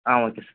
ah okay sir